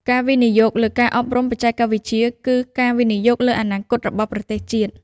ការវិនិយោគលើការអប់រំបច្ចេកវិទ្យាគឺការវិនិយោគលើអនាគតរបស់ប្រទេសជាតិ។